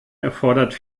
erfordert